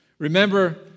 Remember